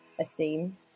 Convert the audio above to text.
esteem